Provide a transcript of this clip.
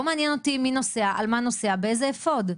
לא מעניין אותי מי נוסע, על מה נוסע, באיזה אפוד.